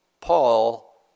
Paul